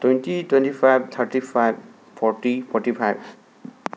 twenty twenty five thirty five forty forty five